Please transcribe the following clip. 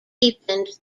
deepened